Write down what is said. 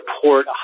support